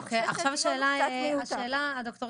הדיון קצת מיותר.